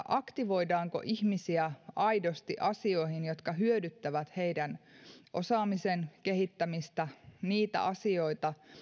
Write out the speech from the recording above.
aktivoidaanko ihmisiä aidosti asioihin jotka hyödyttävät heidän osaamisensa kehittämistä niitä asioita